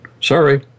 Sorry